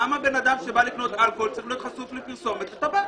למה אדם שבא לקנות אלכוהול צריך להיות חשוף לפרסומת לטבק?